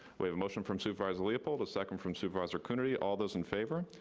we have a motion from supervisor leopold, a second from supervisor coonerty. all those in favor?